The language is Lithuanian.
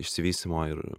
išsivystymo ir